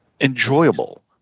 enjoyable